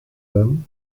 them